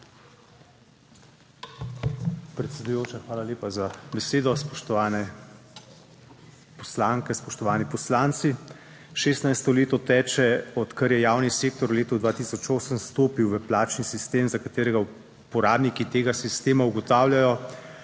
Predsedujoča, hvala lepa za besedo. Spoštovane poslanke, spoštovani poslanci! 16. leto teče, odkar je javni sektor v letu 2008 stopil v plačni sistem, za katerega uporabniki tega sistema ugotavljajo,